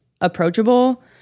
approachable